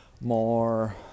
more